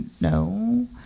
no